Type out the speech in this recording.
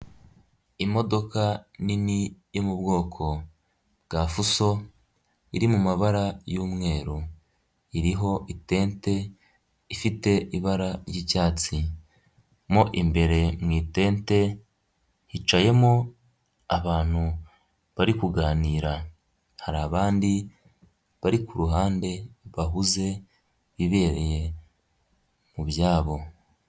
Imodoka nini yo mu bwoko bwa fuso iri mu mabara y'umweru, iriho itente ifite ibara ry'icyatsi, mu imbere mu itente hicayemo abantu bari kuganira, hari abandi bari ku ruhande bahuze bibereye mu byabo.